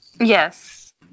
yes